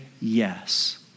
yes